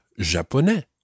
japonais